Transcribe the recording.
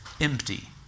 empty